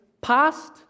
past